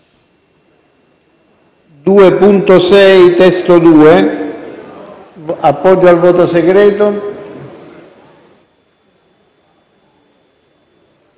chiesto l'appoggio al voto segreto